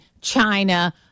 China